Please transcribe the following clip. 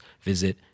visit